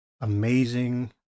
Amazing